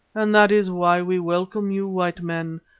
and that is why we welcome you, white men,